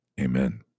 amen